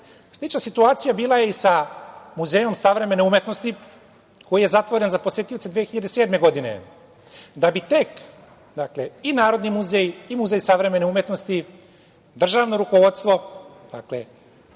muzeju. Slična situacija bila je i sa Muzejom savremene umetnosti koji je zatvoren za posetioce 2007. godine, da bi tek, dakle i Narodni muzej i Muzej savremene umetnosti državno rukovodstvo, pod